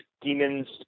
demons